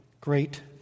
great